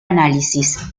análisis